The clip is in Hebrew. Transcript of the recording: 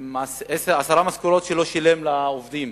עם עשר משכורות שלא שולמו לעובדים.